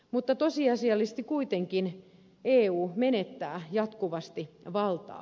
mutta tosiasiallisesti eu kuitenkin menettää jatkuvasti valtaa